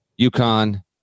UConn